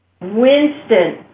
Winston